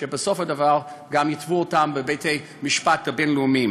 שבסופו של דבר גם יתבעו אותם בבתי-משפט בין-לאומיים.